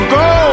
go